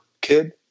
kid